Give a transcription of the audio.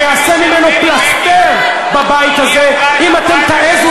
אני אעשה פלסתר בבית הזה אם אתם תעזו